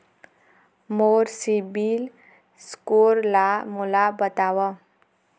मोर CIBIL score ला मोला बताव?